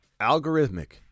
algorithmic